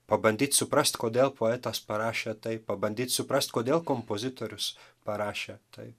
pabandyt suprast kodėl poetas parašė tai pabandyt suprast kodėl kompozitorius parašė tai